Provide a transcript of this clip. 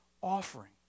offering